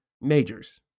majors